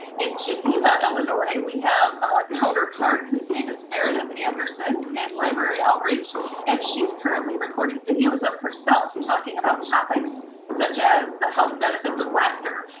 in geneva, illinois, we have a counterpart whose name is meredith anderson in library outreach and she's currently recording videos of herself talking about topics such as the health benefits of laughter.